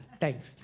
Thanks